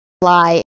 fly